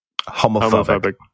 homophobic